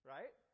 Right